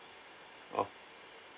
oh